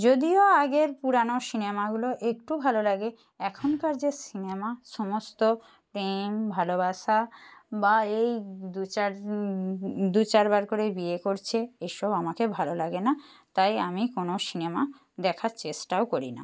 যদিও আগের পুরানো সিনেমাগুলো একটু ভালো লাগে এখনকার যে সিনেমা সমস্ত প্রেম ভালোবাসা বা এই দু চার দু চারবার করে বিয়ে করছে এসব আমাকে ভালো লাগে না তাই আমি কোনো সিনেমা দেখার চেষ্টাও করি না